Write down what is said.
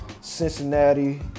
Cincinnati